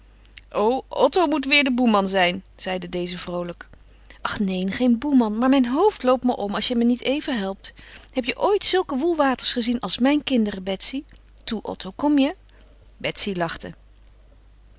o otto moet weêr de boeman zijn zeide deze vroolijk ach neen geen boeman maar mijn hoofd loopt me om als je mij niet even helpt heb je ooit zulke woelwaters gezien als mijn kinderen betsy toe otto kom je betsy lachte